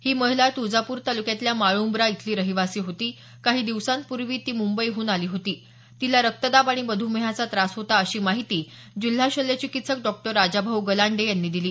ही महिला तुळजापूर तालुक्यातल्या माळूंब्रा इथली रहिवासी होती काही दिवसांपूर्वी ती मुंबईहून आली होती तिला रक्तदाब आणि मध्यमेहाचा त्रास होता अशी माहिती जिल्हा शल्यचिकित्सक डॉ राजाभाऊ गलांडे यांनी दिली